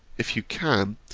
if you can,